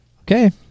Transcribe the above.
Okay